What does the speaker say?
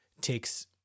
takes